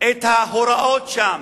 את ההוראות שם,